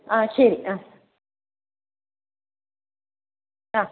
ആ ശരി ആ ആ